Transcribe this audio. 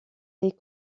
est